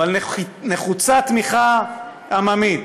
אבל נחוצה תמיכה עממית".